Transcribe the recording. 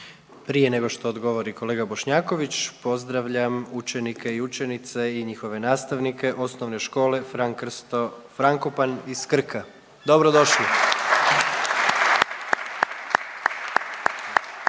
Prije nego što odgovori kolega Bošnjaković pozdravljam učenike i učenice i njihove nastavnike osnovne škole Fran Krsto Frankopan iz Krka. Dobro došli!